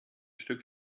stück